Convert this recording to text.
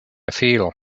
feel